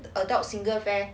adult single fare